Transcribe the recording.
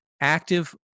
active